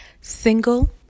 single